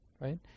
right